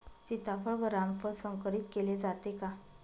सीताफळ व रामफळ संकरित केले जाते का?